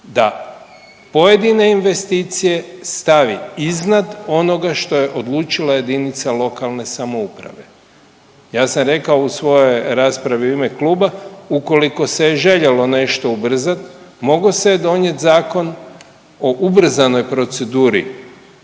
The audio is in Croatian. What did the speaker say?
da pojedine investicije stavi iznad onoga što je odlučila jedinica lokalne samouprave. Ja sam rekao u svojoj raspravi u ime kluba, ukoliko se je željelo nešto ubrzat mogao se donijeti zakon o ubrzanoj proceduri